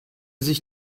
sich